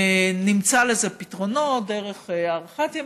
נמצא לזה פתרונות, דרך הארכת ימים,